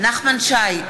נחמן שי,